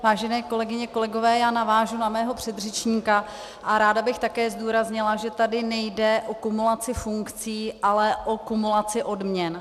Vážené kolegyně, kolegové, já navážu na mého předřečníka a ráda bych také zdůraznila, že tady nejde o kumulaci funkcí, ale o kumulaci odměny.